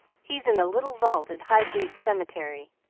he's in the little vault in highgate cemetery.